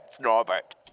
Norbert